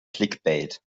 clickbait